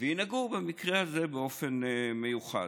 וינהגו במקרה הזה באופן מיוחד.